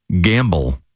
gamble